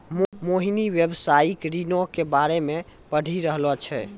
मोहिनी व्यवसायिक ऋणो के बारे मे पढ़ि रहलो छै